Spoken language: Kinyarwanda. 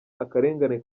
akarengane